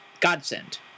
Godsend